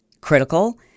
critical